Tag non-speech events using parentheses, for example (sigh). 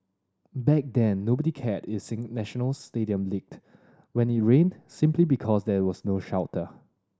back then nobody cared (unintelligible) National Stadium leaked when it rained simply because there was no shelter